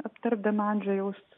aptardama andžejaus